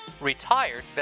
retired